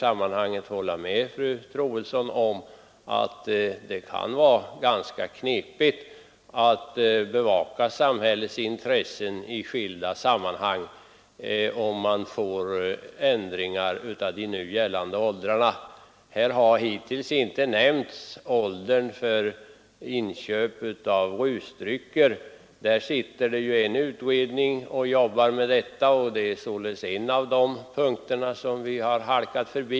Jag håller med fru Troedsson om att det kan bli ganska knepigt att bevaka samhällets intressen i skilda sammanhang om man får ändringar av de nu gällande åldrarna. Här har hittills inte nämnts åldern för inköp av rusdrycker. En utredning arbetar med denna fråga, och därför har vi gått förbi den punkten.